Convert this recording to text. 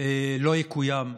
לא יקוים.